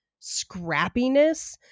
scrappiness